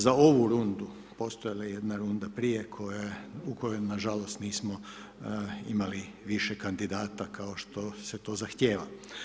Za ovu rundu, postojala je jedna runda prije, u kojoj nažalost, nismo imali više kandidata, kao što se to zahtijevala.